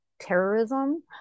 terrorism